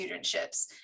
studentships